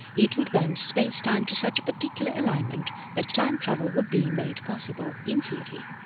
it would bend space time to such a particular alignment that time travel would be made possible in theory.